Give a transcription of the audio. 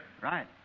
Right